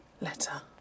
Letter